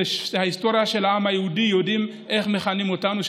ובהיסטוריה של העם היהודי יודעים איך מכנים אותנו,